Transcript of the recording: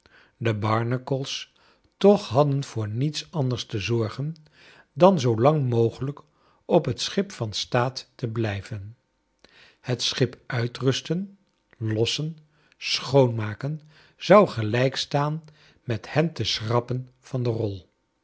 de barnacle's toch hadden voor niets anders te zorgen dan zoo lang mogelijk op het schip van staat te blijven het schip uitrusten lossen schoonmaken zou gelijk staan met hen te schrappen van de rol